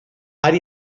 área